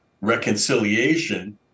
reconciliation